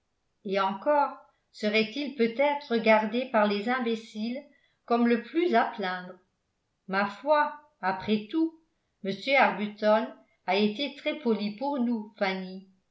et encore serait-il peut-être regardé par les imbéciles comme le plus à plaindre ma foi après tout m arbuton a été très poli pour nous fanny